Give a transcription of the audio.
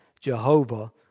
Jehovah